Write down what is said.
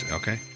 okay